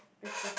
okay